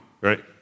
right